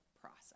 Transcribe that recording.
process